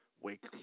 wake